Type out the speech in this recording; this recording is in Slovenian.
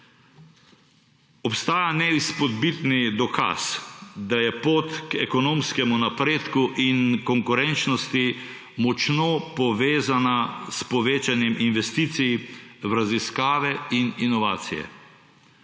Obstaja neizpodbiten dokaz, da je pot k ekonomskemu napredku in konkurenčnosti močno povezana s povečanjem investicij v raziskave in inovacije.